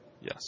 Yes